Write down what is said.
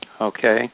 Okay